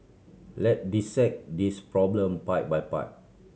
let dissect this problem part by part